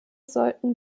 sollten